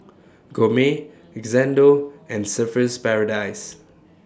Gourmet Xndo and Surfer's Paradise